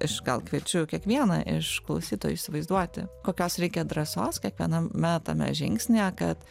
aš gal kviečiu kiekvieną iš klausytojų įsivaizduoti kokios reikia drąsos kiekviename tame žingsnyje kad